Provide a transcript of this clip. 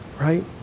Right